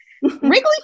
Wrigley